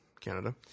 Canada